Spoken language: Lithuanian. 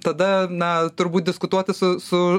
tada na turbūt diskutuoti su su